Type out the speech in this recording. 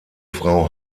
frau